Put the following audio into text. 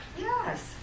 Yes